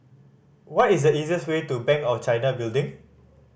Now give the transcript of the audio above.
what is the easiest way to Bank of China Building